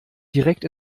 direkt